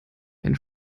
einen